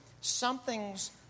something's